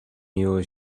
your